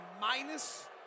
minus